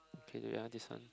okay yeah this one